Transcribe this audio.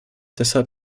deshalb